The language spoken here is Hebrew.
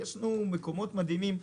יש לנו מקומות מדהימים,